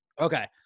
Okay